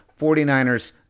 49ers